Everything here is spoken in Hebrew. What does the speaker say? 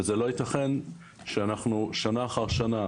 וזה לא יתכן שאנחנו שנה אחר שנה,